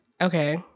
Okay